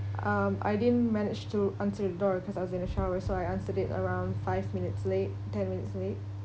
um I didn't manage to answer the door cause I was in the shower so I answered it around five minutes late ten minutes late